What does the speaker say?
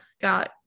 got